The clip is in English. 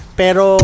pero